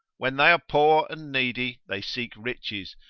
when they are poor and needy, they seek riches,